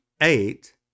eight